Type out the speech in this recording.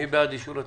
מי בעד אישור התקנות?